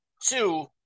two